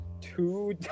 Two